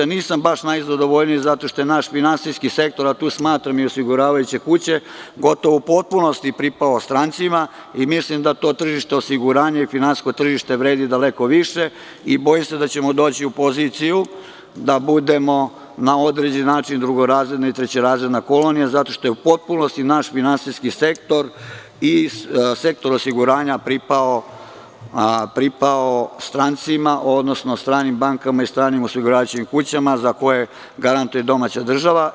Nisam baš najzadovoljniji zato što je naš finansijski sektor, a tu smatram i osiguravajuće kuće, gotovo u potpunosti pripao strancima i mislim da to tržište osiguranja i finansijsko tržište vredi daleko više i bojim se da ćemo doći u poziciju da budemo na određeni način drugorazredna i trećerazredna kolonija, zato što je u potpunosti naš finansijski sektor i sektor osiguranja pripao strancima, odnosno stranim bankama i stranim osiguravajućim kućama za koje garantuje domaća država.